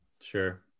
sure